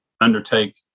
undertake